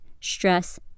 stress